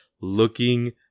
looking